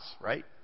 right